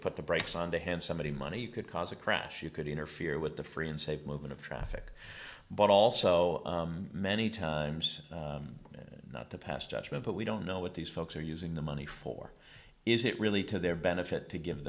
put the brakes on the hand somebody money could cause a crash you could interfere with the free and safe movement of traffic but also many times not to pass judgment but we don't know what these folks are using the money for is it really to their benefit to give